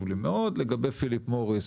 לגבי פילים מוריס